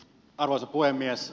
arvoisa puhemies